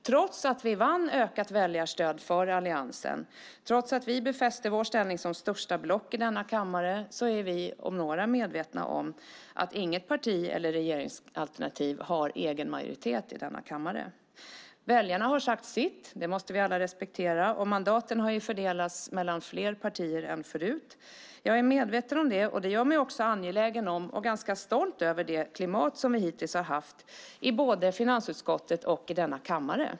Trots att vi vann ökat väljarstöd för Alliansen och trots att vi befäste vår ställning som största block i denna kammare är vi om några medvetna om att inget parti eller regeringsalternativ har egen majoritet i kammaren. Väljarna har sagt sitt. Det måste vi alla respektera. Mandaten har fördelats mellan fler partier än förut. Jag är medveten om det, och det gör mig också angelägen om och ganska stolt över det klimat som vi hittills har haft i både finansutskottet och i denna kammare.